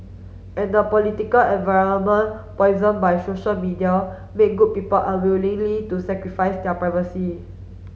and the political environment poison by social media make good people unwillingly to sacrifice their privacy